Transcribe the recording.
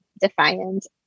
defiant